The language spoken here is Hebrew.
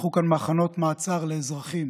יפתחו כאן מחנות מעצר לאזרחים